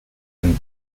and